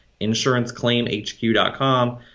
insuranceclaimhq.com